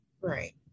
Right